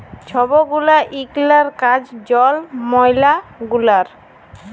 ছব গুলা ইলাকার কাজ জল, ময়লা গুলার